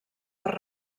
per